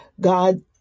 God